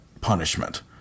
punishment